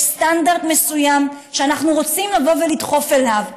יש סטנדרט מסוים שאנחנו רוצים לבוא ולדחוף אליו,